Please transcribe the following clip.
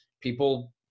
people